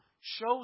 shows